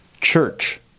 church